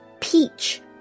peach